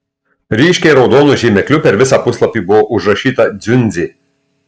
ryškiai raudonu žymekliu per visą puslapį buvo užrašyta dziundzė